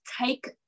take